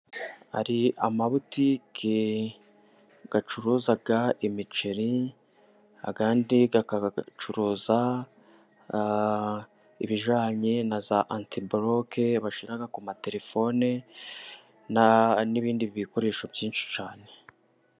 Hari amabutike acuruza imiceri, ayandi akaba acuruza ibijyanye na za antiboloke bashyira ku matelefone, n'ibindi bikoresho byinshi cyane.